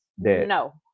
No